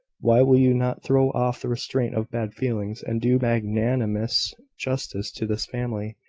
why will you not throw off the restraint of bad feelings, and do magnanimous justice to this family,